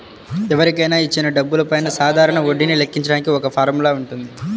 ఎవరికైనా ఇచ్చిన డబ్బులపైన సాధారణ వడ్డీని లెక్కించడానికి ఒక ఫార్ములా వుంటది